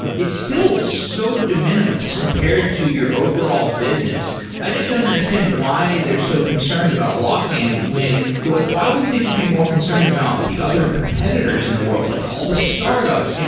it's still so de minimis compared to your overall business. i just don't understand why they're so concerned about lock-in when like why wouldn't they just be more concerned about the other competitors in the world, like all the startups? you know